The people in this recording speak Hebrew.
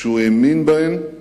שהוא האמין בהן,